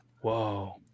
Whoa